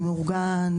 מאורגן,